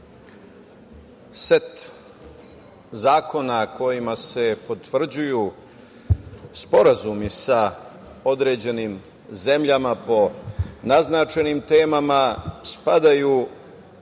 set zakona kojima se potvrđuju sporazumi sa određenim zemljama po naznačenim temama spadaju u one